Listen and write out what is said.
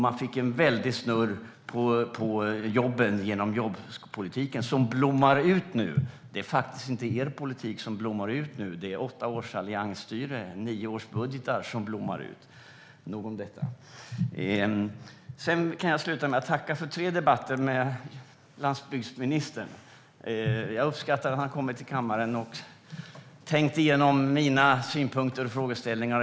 Man fick snurr på jobben med hjälp av jobbpolitiken, som nu blommar ut. Det är faktiskt inte er politik som blommar ut nu, utan det är åtta års alliansstyre och nio års budgetar som blommar ut. Nog om detta! Jag tackar för tre debatter med landsbygdsministern. Jag uppskattar att han har kommit till kammaren och tänkt igenom mina synpunkter och frågor.